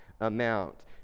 amount